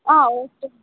ஆ okay